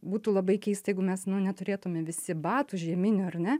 būtų labai keista jeigu mes neturėtume visi batų žieminių ar ne